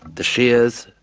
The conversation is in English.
the shias,